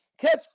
catch